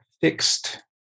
fixed